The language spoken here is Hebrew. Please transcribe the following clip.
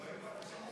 תודה.